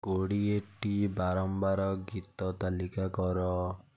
କୋଡ଼ିଏଟି ବାରମ୍ବାର ଗୀତ ତାଲିକା କର